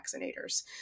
vaccinators